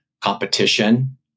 competition